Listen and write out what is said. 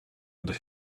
under